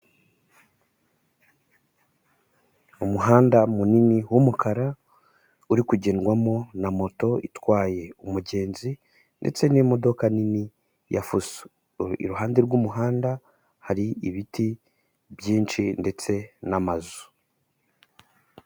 Umuhanda munini w'umukara uri kugendwamo na moto itwaye umugenzi ndetse n'imodoka nini ya fuso iruhande rw'umuhanda hari ibiti byinshi ndetse n'amazu.